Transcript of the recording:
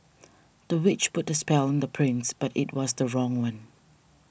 the witch put a spell on the prince but it was the wrong one